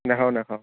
নেখাওঁ নেখাওঁ